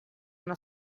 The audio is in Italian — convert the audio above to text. una